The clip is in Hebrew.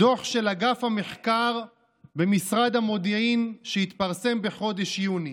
דוח של אגף המחקר במשרד המודיעין שהתפרסם בחודש יוני.